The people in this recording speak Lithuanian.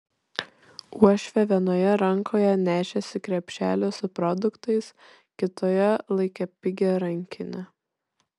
uošvė vienoje rankoje nešėsi krepšelį su produktais kitoje laikė pigią rankinę